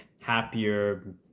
happier